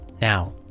Now